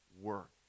work